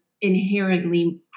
inherently